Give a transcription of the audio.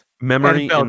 memory